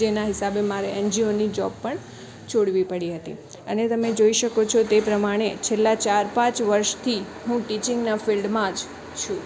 જેના હિસાબે મારે એન જી ઓની જૉબ પણ છોડવી પડી હતી અને તમે જોઇ શકો છો તે પ્રમાણે છેલ્લાં ચાર પાંચ વર્ષથી હું ટિચિંગનાં ફિલ્ડમાં જ છું